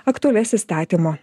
aktualias įstatymo